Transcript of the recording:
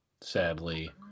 sadly